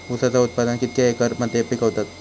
ऊसाचा उत्पादन कितक्या एकर मध्ये पिकवतत?